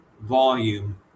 volume